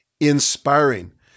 inspiring